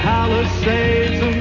Palisades